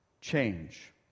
change